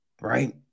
right